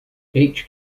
each